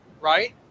right